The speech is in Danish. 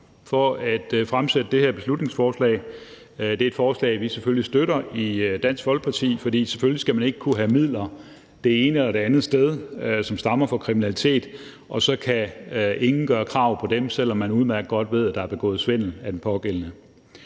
for at fremsætte det her beslutningsforslag. Det er et forslag, vi selvfølgelig støtter i Dansk Folkeparti, for selvfølgelig skal man ikke kunne have midler det ene og det andet sted, som stammer fra kriminalitet, og som ingen kan gøre krav på, selv om man udmærket godt ved, at der er begået svindel af den pågældende.